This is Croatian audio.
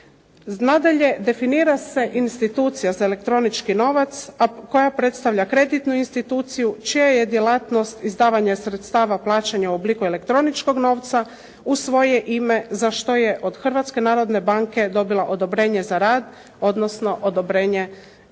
Nadalje, definira se Institucija za elektronički novac a koja predstavlja kreditnu instituciju čija je djelatnost izdavanje sredstava plaćanja u obliku elektroničkog novca u svoje ime, za što je od Hrvatske narodne banke dobila odobrenje za rad odnosno odobrenje